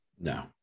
No